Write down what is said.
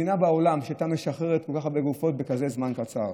אין מדינה בעולם שהייתה משחררת כל כך הרבה גופות בכזה זמן קצר.